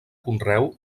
conreu